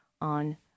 on